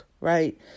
right